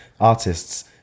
artists